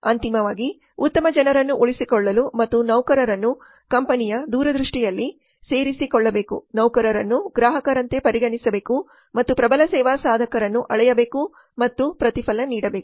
ಮತ್ತು ಅಂತಿಮವಾಗಿ ಉತ್ತಮ ಜನರನ್ನು ಉಳಿಸಿಕೊಳ್ಳಲು ನಾವು ನೌಕರರನ್ನು ಕಂಪನಿಯ ದೂರದೃಷ್ಟಿಯಲ್ಲಿ ಸೇರಿಸಿಕೊಳ್ಳಬೇಕು ನೌಕರರನ್ನು ಗ್ರಾಹಕರಂತೆ ಪರಿಗಣಿಸಬೇಕು ಮತ್ತು ಪ್ರಬಲ ಸೇವಾ ಸಾಧಕರನ್ನು ಅಳೆಯಬೇಕು ಮತ್ತು ಪ್ರತಿಫಲ ನೀಡಬೇಕು